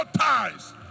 ties